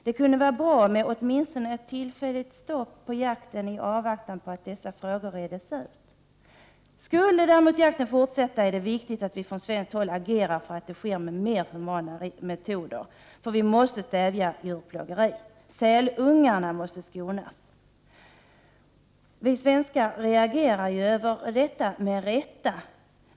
Det kunde vara bra med åtminstone ett tillfälligt stopp av jakten i avvaktan på att dessa frågor reds ut. Skulle jakten däremot fortsätta är det viktigt att vi från svenskt håll agerar så, att den sker med mer normala metoder. Vi måste stävja djurplågeri. Sälungarna måste skonas. Vi svenskar reagerar mot detta med rätta.